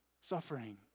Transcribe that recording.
Suffering